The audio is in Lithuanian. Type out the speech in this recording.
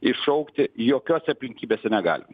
išaukti jokiose aplinkybėse negalim